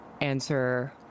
answer